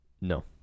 No